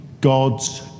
God's